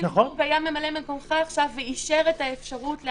גינזבורג היה ממלא-מקומך עכשיו ואישר את האפשרות של